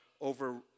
over